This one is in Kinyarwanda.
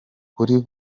kuri